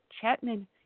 Chapman